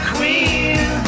Queen